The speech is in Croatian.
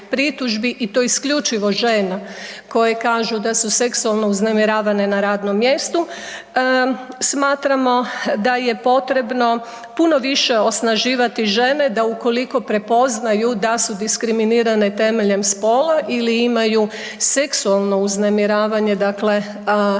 i to isključivo žena koje kažu da su seksualno uznemiravane na radnom mjestu, smatramo da je potrebno puno više osnaživati žene da ukoliko prepoznaju da su diskriminirane temeljem spola ili imaju seksualno uznemiravanje uz